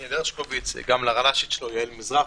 דניאל הרשקוביץ וגם לרל"שית שלו יעל מזרחי,